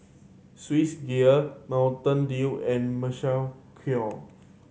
Swissgear Mountain Dew and Kors